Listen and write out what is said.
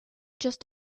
just